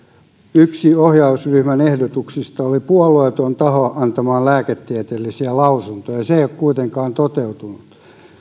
yksi ohjausryhmän ehdotuksista oli että tulisi puolueeton taho antamaan lääketieteellisiä lausuntoja se ei ole kuitenkaan toteutunut